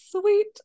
sweet